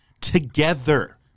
together